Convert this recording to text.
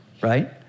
right